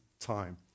time